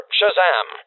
Shazam